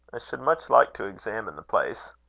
i should much like to examine the place.